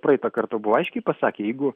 praeitą kartą buvo aiškiai pasakė jeigu